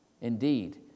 Indeed